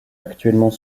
actuellement